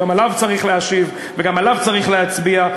וגם עליו צריך להשיב, וגם עליו צריך להצביע.